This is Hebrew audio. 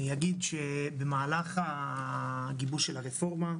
אני אגיד שבמהלך הגיבוש של הרפורמה,